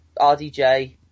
RDJ